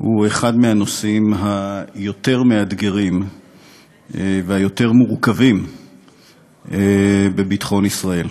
הוא אחד מהנושאים היותר-מאתגרים והיותר-המורכבים בביטחון ישראל,